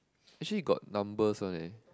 actually got numbers one leh